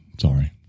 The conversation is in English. Sorry